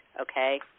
okay